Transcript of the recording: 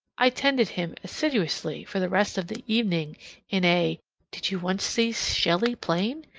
i tended him assiduously for the rest of the evening in a did you once see shelley plain,